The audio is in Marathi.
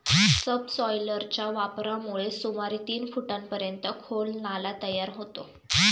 सबसॉयलरच्या वापरामुळे सुमारे तीन फुटांपर्यंत खोल नाला तयार होतो